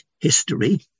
history